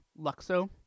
luxo